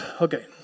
Okay